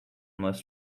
must